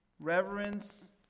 Reverence